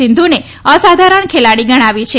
સિંધુને અસાધારણ ખેલાડી ગણાવી છે